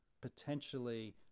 potentially